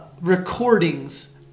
recordings